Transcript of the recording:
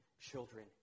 children